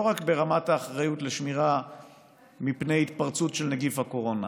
אחריות לא רק ברמת השמירה מפני התפרצות של נגיף הקורונה